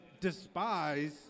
despise